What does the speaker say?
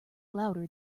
louder